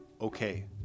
Okay